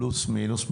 פלוס מינוס,